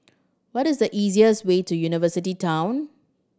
what is the easiest way to University Town